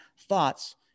Thoughts